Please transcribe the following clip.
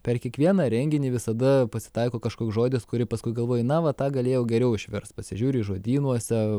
per kiekvieną renginį visada pasitaiko kažkoks žodis kurį paskui galvoji na va tą galėjau geriau išverst pasižiūri žodynuose